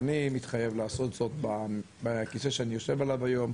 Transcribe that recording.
אני מתחייב לעשות זאת בכיסא שאני יושב עליו היום.